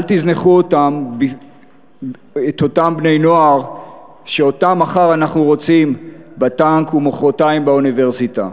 אל תזנחו את אותם בני-נוער שמחר אנחנו רוצים בטנק ומחרתיים באוניברסיטה,